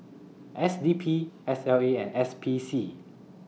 S D P S L A and S P C